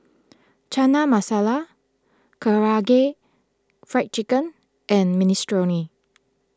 Chana Masala Karaage Fried Chicken and Minestrone